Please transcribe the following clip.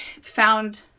found